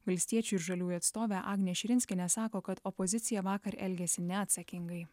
valstiečių ir žaliųjų atstovė agnė širinskienė sako kad opozicija vakar elgėsi neatsakingai